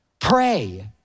pray